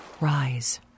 rise